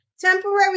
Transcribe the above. temporary